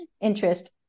interest